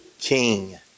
King